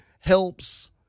helps